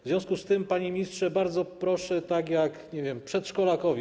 W związku z tym, panie ministrze, bardzo proszę, tak jak, nie wiem, przedszkolakowi.